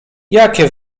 jakie